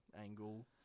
angle